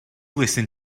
listen